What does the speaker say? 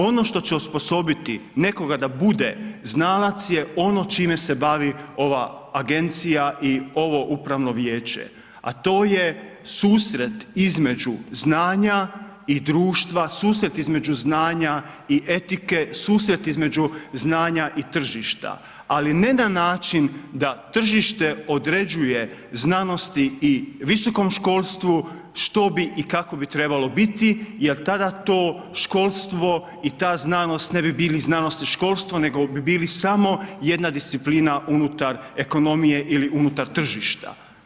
Ono što će osposobiti nekog da bude znalac je ono čime se bavi ova agencija i ovo upravno vijeće a to je susret između znanja i društva, susret između znanja i etike, susret između znanja i tržišta ali ne na način da tržište određuje znanosti i visokom školstvu što bi i kako bi trebalo biti jer tada to školstvo i ta znanost ne bi bilo znanost i školstvo nego bi bili samo jedna disciplina unutar ekonomije ili unutar tržišta.